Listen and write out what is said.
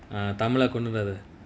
ah tamil lah கொன்னுராத:konnuraatha